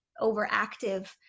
overactive